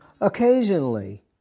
Occasionally